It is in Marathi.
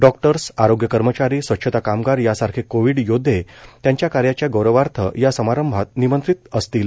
डॉक्टर्स आरोग्य कर्मचारी स्वच्छता कामगार यांसारखे कोविड योद्धे त्यांच्या कार्याच्या गौरवार्थ या समारंभात निमंत्रित असतील